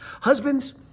Husbands